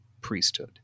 priesthood